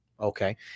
Okay